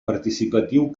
participatiu